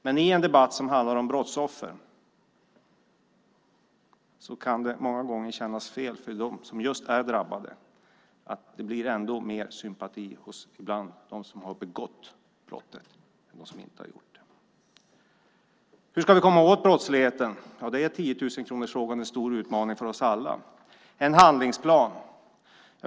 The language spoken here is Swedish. Men i en debatt som handlar om brottsoffer kan det många gånger kännas fel för dem som är drabbade att det blir mer sympati för dem som har begått brottet än för dem som inte har gjort det. Hur ska vi komma åt brottsligheten? Det är tiotusenkronorsfrågan och en stor utmaning för oss alla. Det handlar om en handlingsplan.